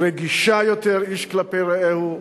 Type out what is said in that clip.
רגישה יותר איש כלפי רעהו,